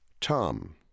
Tom